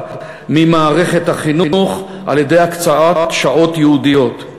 ממערכת החינוך על-ידי הקצאת שעות ייעודיות.